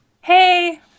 Hey